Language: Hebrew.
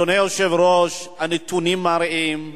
אדוני היושב-ראש, הנתונים מראים,